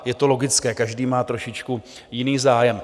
Je to logické, každý má trošičku jiný zájem.